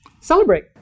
celebrate